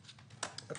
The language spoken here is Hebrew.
...